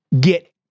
get